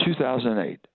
2008